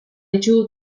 ditugu